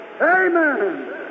Amen